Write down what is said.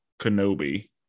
Kenobi